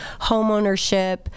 homeownership